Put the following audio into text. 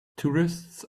tourists